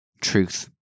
truth